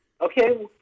Okay